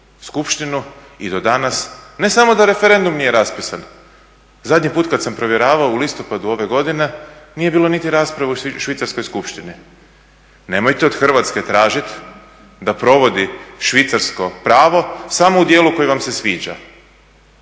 skupštinu i do danas ne samo da referendum nije raspisan, zadnji put kad sam provjeravao u listopadu ove godine nije bilo niti rasprave u Švicarskoj skupštini. Nemojte od Hrvatske tražiti da provodi švicarsko pravo samo u dijelu koji vam se sviđa.